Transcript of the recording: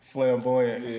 Flamboyant